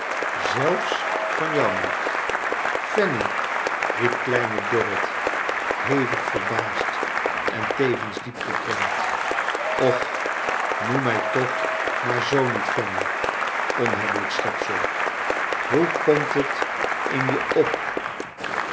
zelfs van jou niet j fanny i riep kleine dorrit hevig verbaasd en t evens diep gekrenkt och noem mij toch maar zoo niet fanny onhebbelijk schepsell hoe komt het in je op